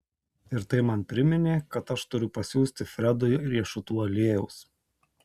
ir tai man priminė kad aš turiu pasiųsti fredui riešutų aliejaus